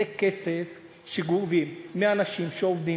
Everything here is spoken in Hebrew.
זה כסף שגובים מאנשים שעובדים,